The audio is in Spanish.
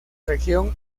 región